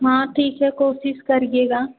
हाँ ठीक है कोशिश करिएगा